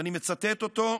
ואני מצטט אותו: